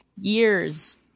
years